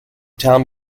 town